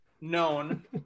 known